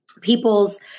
People's